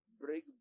break